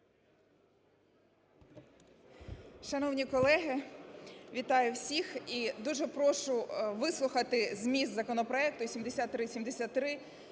Шановні колеги, вітаю всіх! І дуже прошу вислухати зміст законопроекту 7373,